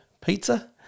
pizza